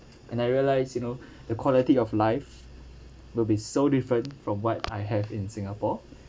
and I realise you know the quality of life would be so different from what I have in singapore